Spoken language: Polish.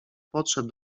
podszedł